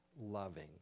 loving